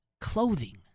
clothing